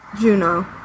Juno